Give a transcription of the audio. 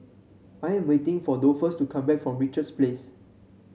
I am waiting for Dolphus to come back from Richards Place